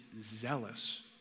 zealous